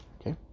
okay